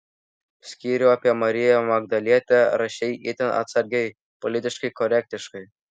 skyrių apie mariją magdalietę rašei itin atsargiai politiškai korektiškai